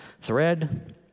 thread